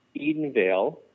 Edenvale